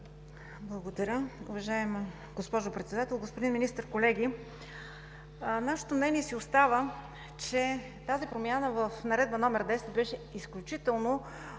Благодаря. Уважаема госпожо Председател, господин Министър, колеги! Нашето мнение си остава, че тази промяна в Наредба № 10 беше поставена